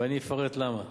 ואני אפרט למה.